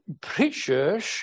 preachers